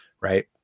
Right